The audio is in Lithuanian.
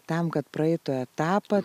tam kad praeitų etapą